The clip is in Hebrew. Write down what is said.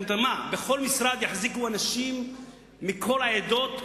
מה, בכל משרד יחזיקו אנשים מכל העדות?